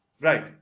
Right